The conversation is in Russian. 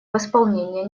восполнения